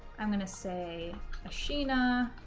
i'm gonna say ashina,